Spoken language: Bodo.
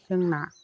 जोंना